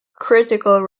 critical